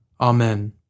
Amen